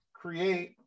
create